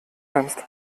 kannst